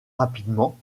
rapidement